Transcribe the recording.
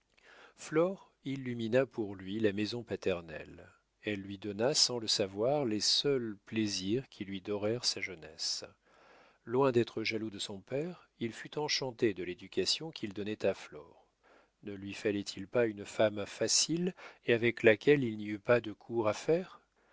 flore illumina pour lui la maison paternelle elle lui donna sans le savoir les seuls plaisirs qui lui dorèrent sa jeunesse loin d'être jaloux de son père il fut enchanté de l'éducation qu'il donnait à flore ne lui fallait-il pas une femme facile et avec laquelle il n'y eût pas de cour à faire